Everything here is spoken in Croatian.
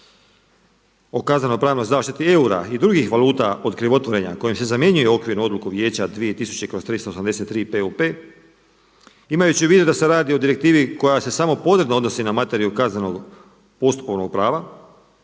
o kazneno-pravnoj zaštiti eura i drugih valuta od krivotvorenja kojim se zamjenjuje okvirnu odluku Vijeća 2000/383 POP, imajući u vidu da se radi o direktivi koja se samo podredno odnosi na materiju kaznenog postupovnog prava